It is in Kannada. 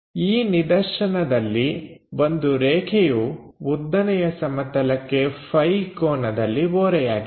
ಈ ನಿದರ್ಶನದಲ್ಲಿ ಒಂದು ರೇಖೆಯು ಉದ್ದನೆಯ ಸಮತಲಕ್ಕೆ Φ ಕೋನದಲ್ಲಿ ಓರೆಯಾಗಿದೆ